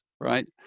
right